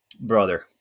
brother